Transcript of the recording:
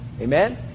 Amen